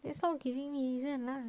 then stop giving me reason lah